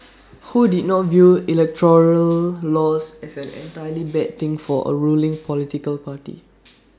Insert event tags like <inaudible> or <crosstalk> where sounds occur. <noise> ho did not view electoral loss as an entirely bad thing for A ruling political party